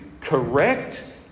correct